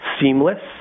seamless